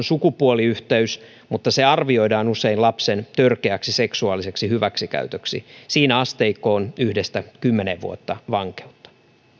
sukupuoliyhteys mutta se arvioidaan usein lapsen törkeäksi seksuaaliseksi hyväksikäytöksi siinä asteikko on yksi viiva kymmenen vuotta vankeutta